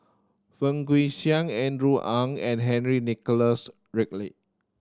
Fang Guixiang Andrew Ang and Henry Nicholas Ridley